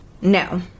no